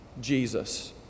Jesus